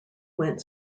went